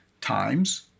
times